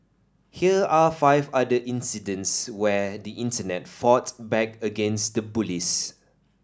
here are five other incidents where the Internet fought back against the bullies